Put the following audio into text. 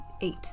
eight